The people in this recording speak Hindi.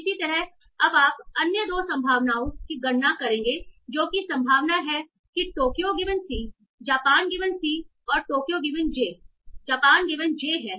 इसी तरह अब आप अन्य 2 संभावनाओं की गणना करेंगे जोकि संभावना है कि Tokyo given c Japan given c और Tokyo given j Japan given j है